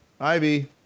ivy